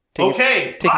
Okay